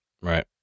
right